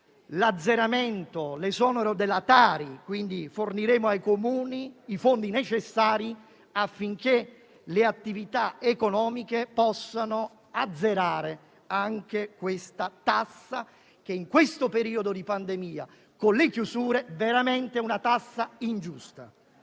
l'azzeramento e l'esonero della tassa sui rifiuti (Tari). Forniremo ai Comuni i fondi necessari affinché le attività economiche possano azzerare anche questa tassa che in questo periodo di pandemia, con le chiusure, è veramente ingiusta.